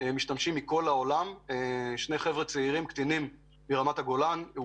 קטינים צעירים מרמת הגולן שביצעו את העבירות הנ"ל,